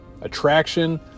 attraction